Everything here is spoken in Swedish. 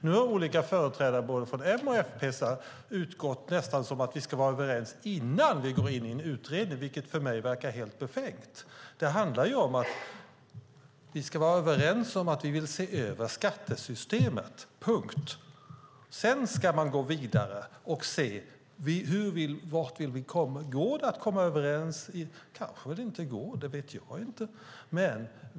Nu har olika företrädare för både M och FP nästan utgått ifrån att vi ska vara överens innan vi går in i en utredning, vilket för mig verkar helt befängt. Det handlar ju om att vi ska vara överens om att vi vill se över skattesystemet, punkt. Sedan ska man gå vidare och se om det går att komma överens. Det kanske inte går. Det vet inte jag.